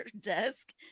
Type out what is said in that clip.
desk